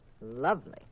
lovely